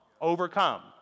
Overcome